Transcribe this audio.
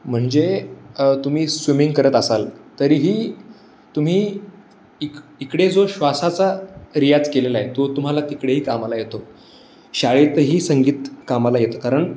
म्हणजे तुम्ही स्विमिंग करत असाल तरीही तुम्ही इक इकडे जो श्वासाचा रियाज केेलला आहे तो तुम्हाला तिकडेही कामाला येतो शाळेतही संगीत कामाला येतं कारण